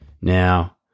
Now